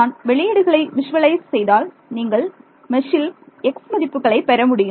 நான் வெளியீடுகளை விஷுவலைஸ் செய்தால் நீங்கள் மெஷ்ஷில் x மதிப்புகளை பெற முடியும்